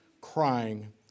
Crying